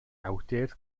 awdur